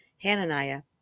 Hananiah